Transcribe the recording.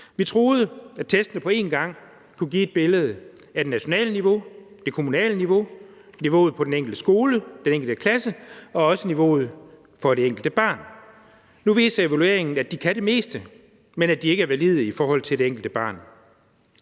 Vi troede, at testen på en gang kunne give et billede af det nationale niveau, det kommunale niveau, niveauet på den enkelte skole, den enkelte klasse, og også niveauet for det enkelte barn. Nu viser evalueringen, at den kan det meste, men at den ikke er valid i forhold til det enkelte barn.